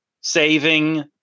saving